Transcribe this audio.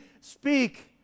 speak